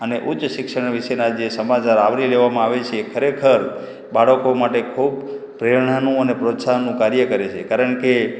અને ઉચ્ચ શિક્ષણના જે સમાચાર આવરી લેવામાં આવે છે એ ખરેખર બાળકો માટે ખૂબ પ્રેરણાનું અને પ્રોત્સાહનનું કાર્ય કરે છે કારણ કે